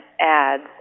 ads